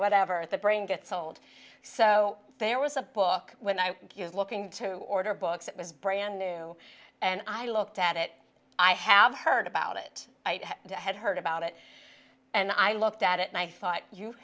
whatever the brain gets old so there was a book when i was looking to order books it was brand new and i looked at it i have heard about it i had heard about it and i looked at it and i thought you